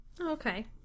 Okay